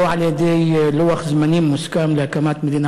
ולא על-ידי לוח זמנים מוסכם להקמת מדינה